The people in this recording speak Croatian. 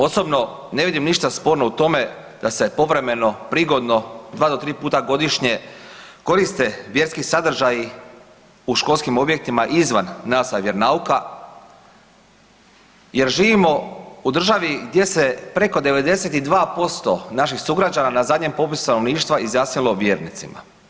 Osobno ne vidim ništa sporno u tome da se povremeno, prigodno 2 do 3 puta godišnje koriste vjerski sadržaji u školskim objektima izvan nastave vjeronauka jer živimo u državi gdje se preko 92% naših sugrađana na zadnjem popisu stanovništva izjasnilo vjernicima.